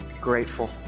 grateful